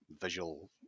visual